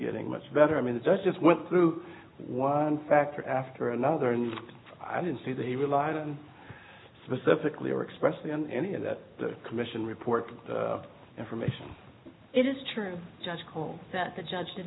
getting much better i mean the judge just went through one factor after another and i didn't see that he relied on specifically or expressly on any of that the commission report information it is true just call that the judge did